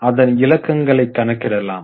அதன் இலக்கங்களை கணக்கிடலாம்